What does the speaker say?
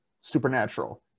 Supernatural